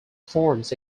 forms